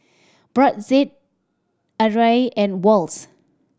Brotzeit Arai and Wall's